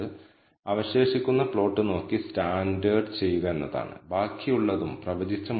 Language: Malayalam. r സ്ക്വയർ മൂല്യം ഉപയോഗിക്കാമായിരുന്നു അത് 1 ന് അടുത്താണെങ്കിൽ അത് ലീനിയർ മോഡൽ നല്ലതായിരിക്കുമെന്നതിന്റെ ഒരു സൂചകമാണ്